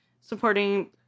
supporting